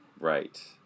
Right